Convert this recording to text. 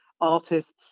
artists